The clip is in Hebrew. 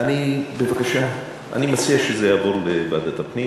אני מציע שזה יעבור לוועדת הפנים.